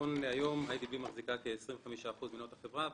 נכון להיום אי די בי מחזיקה כ-25% ממניות החברה.